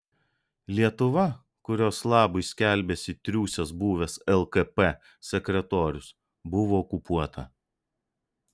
lietuva kurios labui skelbiasi triūsęs buvęs lkp sekretorius buvo okupuota